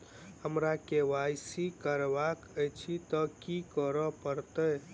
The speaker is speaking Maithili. हमरा केँ वाई सी करेवाक अछि तऽ की करऽ पड़तै?